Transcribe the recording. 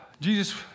Jesus